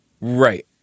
Right